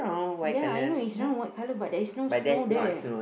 ya I know it's round what but there's no snow there